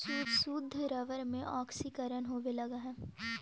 शुद्ध रबर में ऑक्सीकरण होवे लगऽ हई